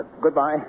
Goodbye